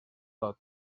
tot